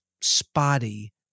spotty